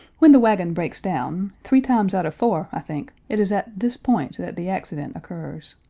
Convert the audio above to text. when the wagon breaks down, three times out of four, i think, it is at this point that the accident occurs.